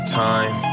time